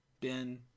Ben